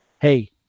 hey